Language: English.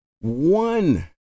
one